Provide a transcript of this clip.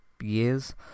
years